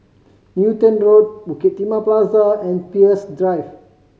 Newton Road Bukit Timah Plaza and Peirce Drive